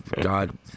God